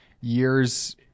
years